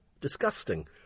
Disgusting